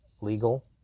legal